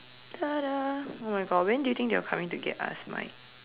tada oh my God when do you think they will come in and get us Mike